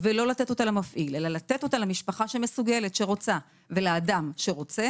ולתת אותה לא למפעיל אלא למשפחה שרוצה ולאדם שרוצה